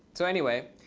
so anyway,